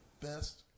best